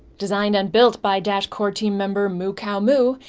designed and built by dash core team member moocowmoo,